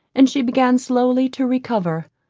and she began slowly to recover,